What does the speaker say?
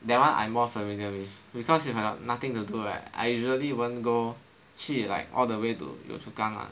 that one I more familiar with because if I got nothing to do right I usually won't go 去 like all the way to Yio Chu Kang lah